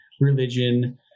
religion